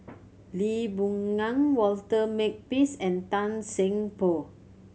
Lee Boon Ngan Walter Makepeace and Tan Seng Poh